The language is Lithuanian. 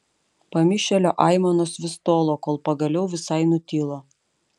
pamišėlio aimanos vis tolo kol pagaliau visai nutilo